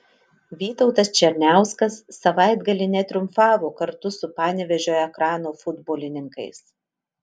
vytautas černiauskas savaitgalį netriumfavo kartu su panevėžio ekrano futbolininkais